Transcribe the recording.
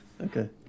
Okay